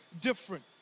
different